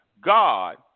God